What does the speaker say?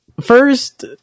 first